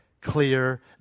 clear